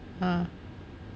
ஆம்:aam